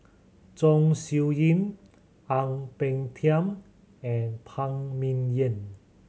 Chong Siew Ying Ang Peng Tiam and Phan Ming Yen